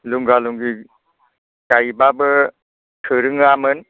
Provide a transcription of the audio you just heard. लुंगा लुंगि जाहैब्लाबो थोरोङामोन